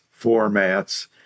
formats